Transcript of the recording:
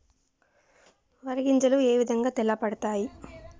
వరి గింజలు ఏ విధంగా తెల్ల పడతాయి?